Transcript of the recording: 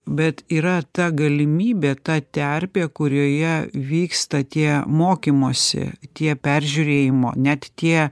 bet yra ta galimybė ta terpė kurioje vyksta tie mokymosi tie peržiūrėjimo net tie